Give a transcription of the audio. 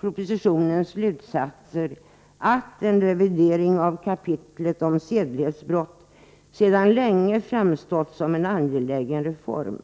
propositionens slutsatser att en revidering av kapitlet om sedlighetsbrott sedan länge framstått som en angelägen reform.